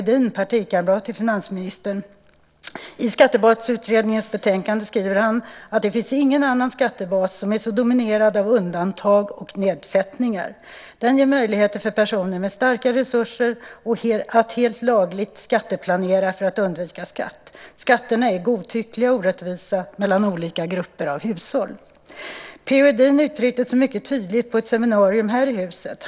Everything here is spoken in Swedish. Edin, partikamrat till finansministern. I Skattebasutredningens betänkande skriver han: Det finns ingen annan skattebas som är så dominerad av undantag och nedsättningar. Den ger möjligheter för personer med starka resurser att helt lagligt skatteplanera för att undvika skatt. Skatterna är godtyckliga och orättvisa mellan olika grupper av hushåll. P.-O. Edin uttryckte sig mycket tydligt på ett seminarium här i huset.